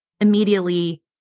immediately